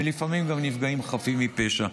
ולפעמים גם נפגעים חפים מפשע.